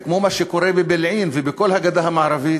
וכמו מה שקורה בבילעין ובכל הגדה המערבית,